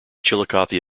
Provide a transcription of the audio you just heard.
chillicothe